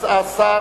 השר